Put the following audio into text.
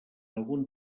algun